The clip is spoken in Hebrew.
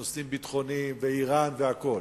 נושאים ביטחוניים, אירן והכול,